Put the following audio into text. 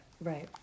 Right